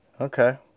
Okay